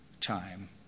time